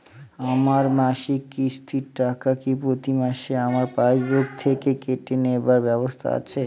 আমার মাসিক কিস্তির টাকা কি প্রতিমাসে আমার পাসবুক থেকে কেটে নেবার ব্যবস্থা আছে?